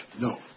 no